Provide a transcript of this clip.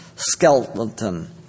Skeleton